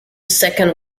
second